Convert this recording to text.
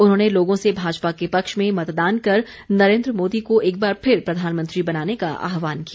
उन्होंने लोगों से भाजपा के पक्ष में मतदान कर नरेन्द्र मोदी को एकबार फिर प्रधानमंत्री बनाने का आहवान किया